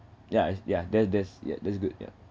ya is they're there there's yea that's good yeah